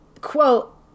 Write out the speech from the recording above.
quote